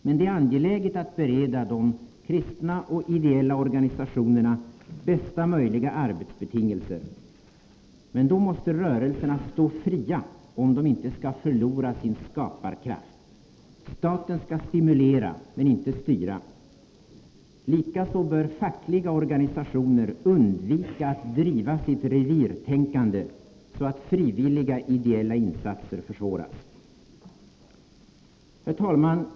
Men det är angeläget att bereda de kristna och ideella organisationerna bästa möjliga arbetsbetingelser. Men då måste rörelserna stå fria, om de inte skall förlora sin skaparkraft. Staten skall stimulera men inte styra. Likaså bör fackliga organisationer undvika att driva sitt revirtänkande så att frivilliga ideella insatser försvåras. Herr talman!